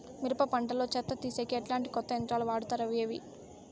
మిరప పంట లో చెత్త తీసేకి ఎట్లాంటి కొత్త యంత్రాలు వాడుతారు అవి ఏవి?